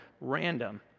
random